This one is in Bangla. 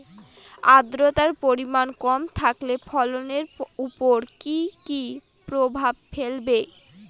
আদ্রর্তার পরিমান কম থাকলে ফসলের উপর কি কি প্রভাব ফেলবে?